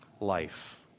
life